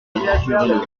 ultérieurement